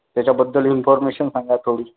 त्याच्याबद्दल इन्फॉर्मेशन सांगा थोडी